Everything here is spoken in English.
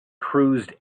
cruised